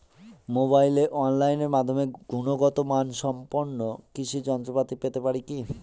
মোবাইলে অনলাইনের মাধ্যমে গুণগত মানসম্পন্ন কৃষি যন্ত্রপাতি পেতে পারি কি?